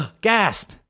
Gasp